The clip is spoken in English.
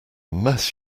mess